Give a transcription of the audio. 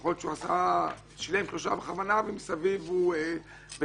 יכול להיות שהוא שילם שלושה בכוונה ומסביב הוא מפגר